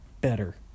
Better